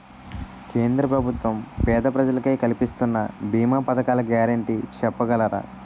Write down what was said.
కేంద్ర ప్రభుత్వం పేద ప్రజలకై కలిపిస్తున్న భీమా పథకాల గ్యారంటీ చెప్పగలరా?